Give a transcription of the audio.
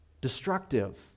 destructive